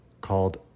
called